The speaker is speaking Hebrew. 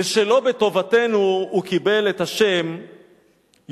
ושלא בטובתנו הוא קיבל את השם יוספוס.